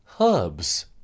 herbs